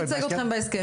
מי ייצג אתכם בהסכם?